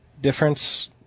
difference